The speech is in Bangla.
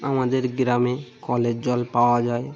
আমাদের গ্রামে কলের জল পাওয়া যায়